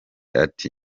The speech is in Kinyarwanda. ati